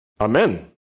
Amen